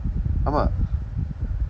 ஆமாம்:aamaam